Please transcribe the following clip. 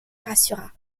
rassura